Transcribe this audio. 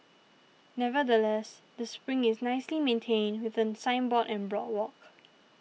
nevertheless the spring is nicely maintained with a signboard and boardwalk